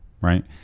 right